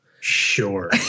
Sure